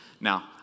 Now